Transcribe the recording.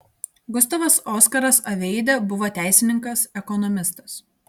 gustavas oskaras aveidė buvo teisininkas ekonomistas